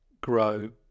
grow